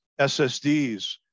SSDs